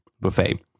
Buffet